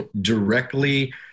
directly